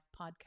podcast